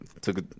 took